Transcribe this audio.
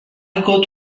got